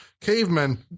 cavemen